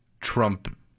trump